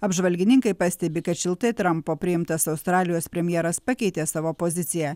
apžvalgininkai pastebi kad šiltai trampo priimtas australijos premjeras pakeitė savo poziciją